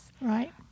Right